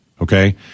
Okay